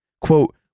Quote